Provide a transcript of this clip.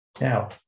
Now